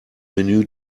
menü